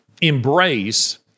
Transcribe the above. embrace